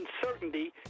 uncertainty